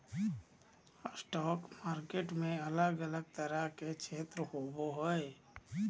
stock market में अलग अलग तरह के क्षेत्र होबो हइ